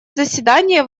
заседание